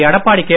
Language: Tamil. எடப்பாடி கே